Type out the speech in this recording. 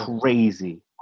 crazy